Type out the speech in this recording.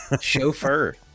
Chauffeur